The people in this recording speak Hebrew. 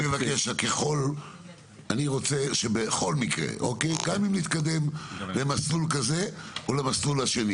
אני רוצה שבכל מקרה גם אם נתקדם במסלול הזה או במסלול השני